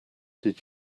did